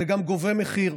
זה גם גובה מחיר,